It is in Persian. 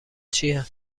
چیه